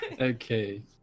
Okay